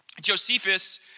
Josephus